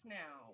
now